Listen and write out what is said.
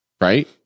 right